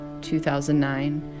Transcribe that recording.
2009